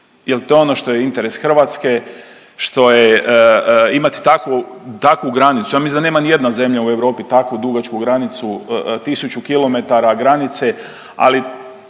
jer to je ono što je interes Hrvatske, što je imati takvu granicu ja mislim da nema ni jedna zemlja u Europi takvu dugačku granicu 1000 km granice. Ali